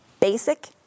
basic